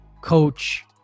coach